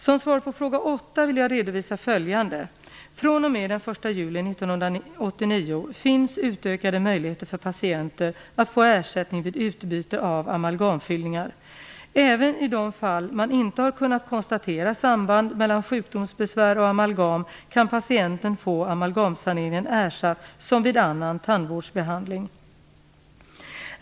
Som svar på fråga åtta vill jag redovisa följande. fr.o.m. den 1 juli 1989 finns utökade möjligheter för patienter att få ersättning vid utbyte av amalgamfyllningar. Även i de fall man inte har kunnat konstatera samband mellan sjukdomsbesvär och amalgam kan patienten få amalgamsaneringen ersatt som vid annan tandvårdsbehandling.